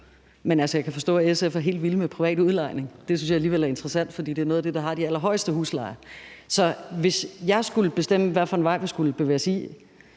Men jeg kan forstå, at SF er helt vilde med privat udlejning. Det synes jeg alligevel er interessant, for det er noget af det, der har de allerhøjeste huslejer. Så hvis jeg skulle bestemme, hvilken vej vi skulle bevæge os,